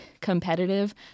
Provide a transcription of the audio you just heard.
competitive